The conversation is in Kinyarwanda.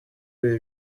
ibi